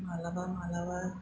मालाबा मालाबा